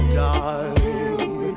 die